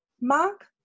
Mark